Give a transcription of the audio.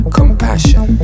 compassion